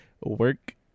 work